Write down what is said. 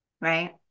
right